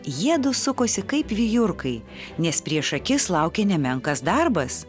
jiedu sukosi kaip vijurkai nes prieš akis laukė nemenkas darbas